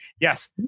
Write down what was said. Yes